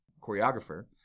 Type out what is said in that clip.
choreographer